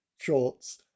shorts